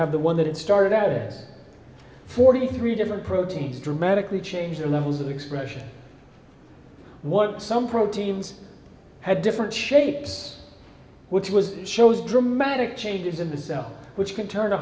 have the one that it started out as forty three different proteins dramatically change their levels of expression what some proteins had different shapes which was shows dramatic changes in the cell which can turn